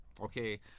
Okay